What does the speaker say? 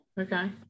Okay